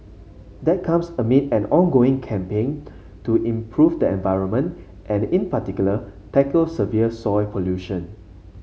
that comes amid an ongoing campaign to improve the environment and in particular tackle severe soil pollution